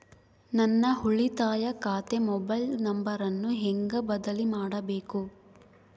ನನ್ನ ಉಳಿತಾಯ ಖಾತೆ ಮೊಬೈಲ್ ನಂಬರನ್ನು ಹೆಂಗ ಬದಲಿ ಮಾಡಬೇಕು?